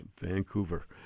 Vancouver